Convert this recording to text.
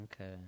Okay